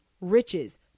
riches